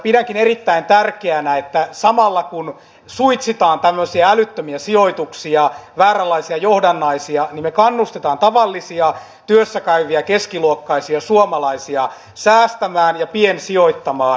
pidänkin erittäin tärkeänä että samalla kun suitsitaan tämmöisiä älyttömiä sijoituksia vääränlaisia johdannaisia niin me kannustamme tavallisia työssä käyviä keskiluokkaisia suomalaisia säästämään ja piensijoittamaan